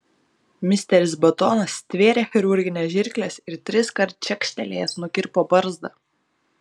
misteris batonas stvėrė chirurgines žirkles ir triskart čekštelėjęs nukirpo barzdą